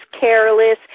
careless